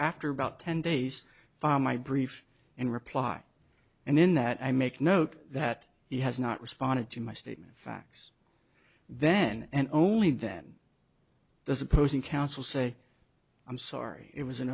after about ten days far my brief in reply and in that i make note that he has not responded to my statement of facts then and only then does opposing counsel say i'm sorry it was an